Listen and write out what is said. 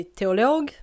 teolog